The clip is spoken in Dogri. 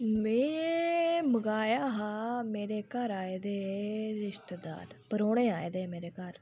में मंगाया हा मेरे घर आये दे रिश्तेदार परौह्ने आये दे हे मेरे घर